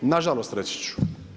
Nažalost, reći ću.